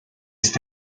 ist